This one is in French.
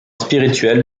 spirituels